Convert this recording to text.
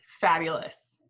fabulous